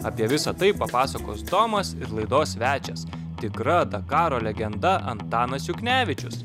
apie visa tai papasakos tomas ir laidos svečias tikra dakaro legenda antanas juknevičius